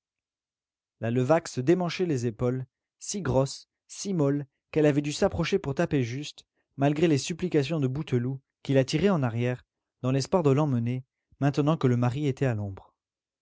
la levaque se démanchait les épaules si grosse si molle qu'elle avait dû s'approcher pour taper juste malgré les supplications de bouteloup qui la tirait en arrière dans l'espoir de l'emmener maintenant que le mari était à l'ombre